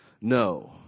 No